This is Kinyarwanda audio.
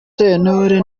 sentore